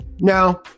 Now